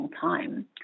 time